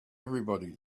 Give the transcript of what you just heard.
everybody